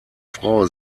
frau